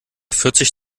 vierzig